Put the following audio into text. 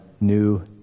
new